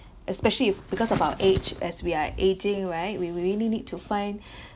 especially if because of our age as we are ageing right we really need need to find